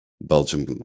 Belgium